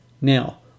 Now